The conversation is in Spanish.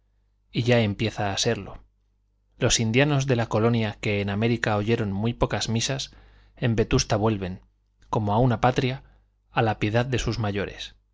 y ya empieza a serlo los indianos de la colonia que en américa oyeron muy pocas misas en vetusta vuelven como a una patria a la piedad de sus mayores